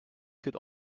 could